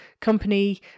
company